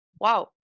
wow